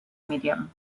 medium